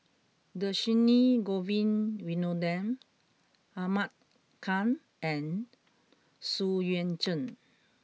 Dhershini Govin Winodan Ahmad Khan and Xu Yuan Zhen